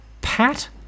pat